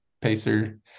pacer